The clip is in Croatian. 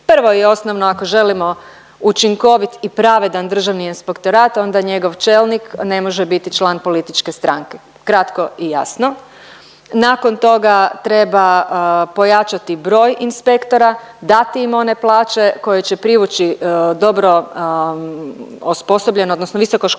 prvo i osnovno ako želimo učinkovit i pravedan Državni inspektorat onda njegov čelnik ne može biti član političke stranke, kratko i jasno. Nakon toga treba pojačati broj inspektora, dati im one plaće koje će privući dobro osposobljen odnosno visokoškolovan